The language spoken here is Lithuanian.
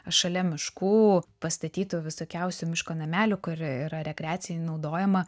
šalia miškų pastatytų visokiausių miško namelių kur yra rekreacijai naudojama